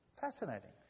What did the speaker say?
Fascinating